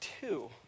two